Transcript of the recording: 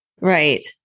Right